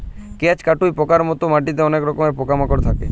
কেঁচ, কাটুই পকার মত মাটিতে অলেক রকমের পকা মাকড় থাক্যে